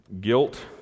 Guilt